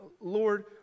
Lord